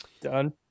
done